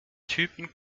typen